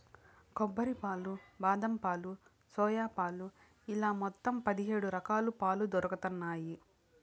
కొబ్బరి పాలు, బాదం పాలు, సోయా పాలు ఇలా మొత్తం పది హేడు రకాలుగా పాలు దొరుకుతన్నాయి